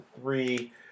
three